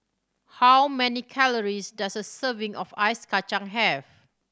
how many calories does a serving of ice kacang have